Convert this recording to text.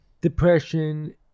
depression